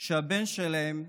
שהבן שלהם,